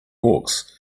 hawks